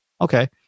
okay